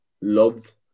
loved